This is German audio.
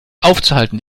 aufzuhalten